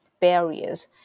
barriers